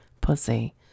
pussy